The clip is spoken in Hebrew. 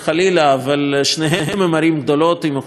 אבל שתיהן ערים גדולות עם אוכלוסייה גדולה.